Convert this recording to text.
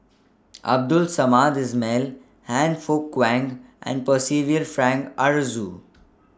Abdul Samad Ismail Han Fook Kwang and Percival Frank Aroozoo